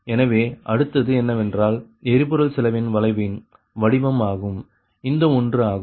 எனவே அடுத்தது என்னவென்றால் எரிபொருள் செலவு வளைவின் வடிவம் ஆகும் இந்த ஒன்று ஆகும்